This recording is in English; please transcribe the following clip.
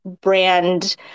Brand